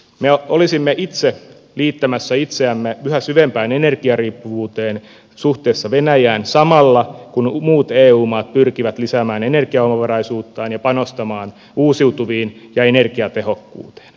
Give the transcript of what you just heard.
me olisimme itse liittämässä itseämme yhä syvempään energiariippuvuuteen suhteessa venäjään samalla kun muut eu maat pyrkivät lisäämään energiaomavaraisuuttaan ja panostamaan uusiutuviin ja energiatehokkuuteen